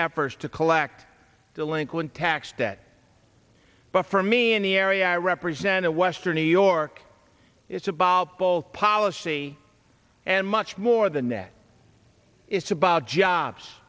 efforts to kalac delinquent tax debt but for me in the area i represent a western new york it's about both policy and much more than that it's about jobs